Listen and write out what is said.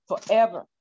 forever